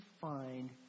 find